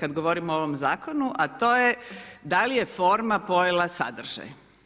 kad govorimo o ovom zakonu, a to je da li je forma pojela sadržaj?